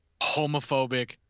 homophobic